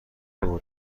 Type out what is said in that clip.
بود